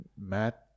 matt